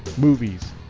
movies